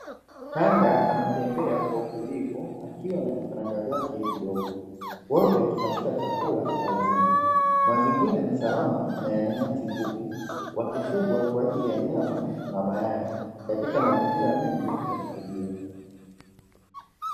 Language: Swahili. Kanga anatembea kwa utulivu akiwa na vifaranga vyake vidogo, wote wakitafuta chakula ardhini. mazingira ni salama na yana nyasi fupi wakifugwa kwaajili ya nyama na mayai katika mazingira mengi ya kufugia.